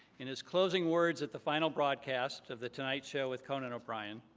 in his closing words at the final broadcast of the tonight show with conan o'brien,